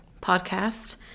podcast